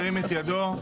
ירים את ידו.